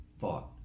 thought